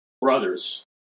brothers